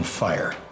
fire